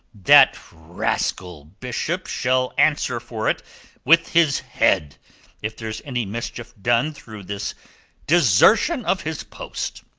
that rascal bishop shall answer for it with his head if there's any mischief done through this desertion of his post.